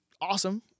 awesome